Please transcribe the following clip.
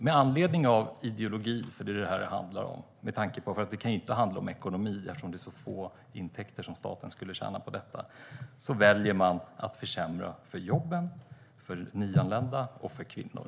Med anledning av ideologi - det är ju det det handlar om, för det kan ju inte handla om ekonomi eftersom det är så lite intäkter som staten skulle tjäna på detta - väljer man alltså att försämra för jobben, för nyanlända och för kvinnor.